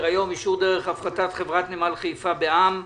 על סדר-היום: הצעת אישור דרך הפרטת חברת נמל חיפה בע"מ (החברה)